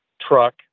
truck